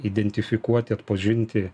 identifikuoti atpažinti